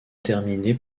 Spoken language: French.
terminer